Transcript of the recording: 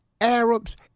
Arabs